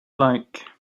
like